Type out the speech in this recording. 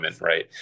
Right